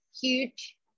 Huge